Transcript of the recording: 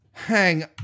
Hang